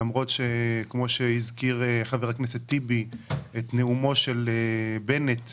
למרות שכמו שהזכיר חבר הכנסת טיבי את נאומו של בנט באו"ם,